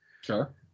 Sure